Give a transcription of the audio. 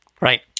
right